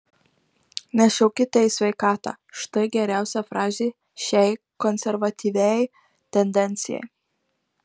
nešiokite į sveikatą štai geriausia frazė šiai konservatyviai tendencijai